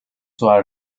zwar